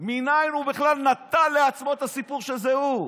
מניין הוא בכלל נטל לעצמו את הסיפור שזה הוא,